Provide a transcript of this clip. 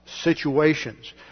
situations